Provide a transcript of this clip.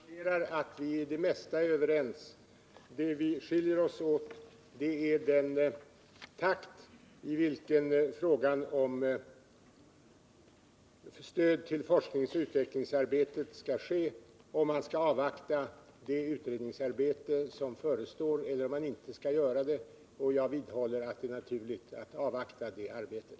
Herr talman! Jag noterar att vi är överens om det mesta. Det som skiljer oss åt gäller den takt i vilken frågan om stöd till forskningsoch utvecklingsarbetet skall ske — om man skall avvakta det utredningsarbete som förestår eller om man inte skall göra det. Jag vidhåller att det är naturligt att avvakta det arbetet.